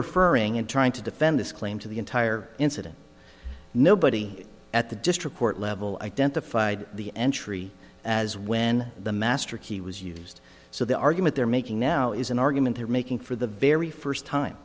referring and trying to defend this claim to the entire incident nobody at the district court level identified the entry as when the master key was used so the argument they're making now is an argument they're making for the very first time